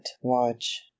watch